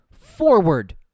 forward